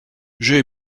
j’ai